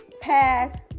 Pass